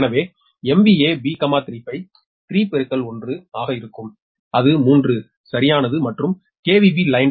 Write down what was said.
எனவே B3Φ 3 1 ஆக இருக்கும் அது 3 சரியானது மற்றும் B